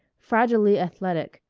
fragilely athletic,